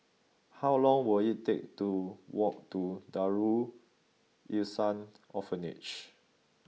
how long will it take to walk to Darul Ihsan Orphanage